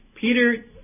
Peter